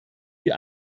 die